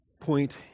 Point